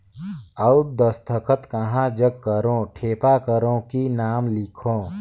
अउ दस्खत कहा जग करो ठेपा करो कि नाम लिखो?